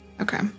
Okay